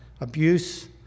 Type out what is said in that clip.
abuse